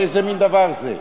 איזה מין דבר זה.